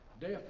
Death